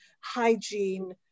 hygiene